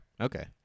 Okay